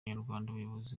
rw’abanyarwanda